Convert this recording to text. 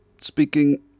speaking